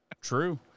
true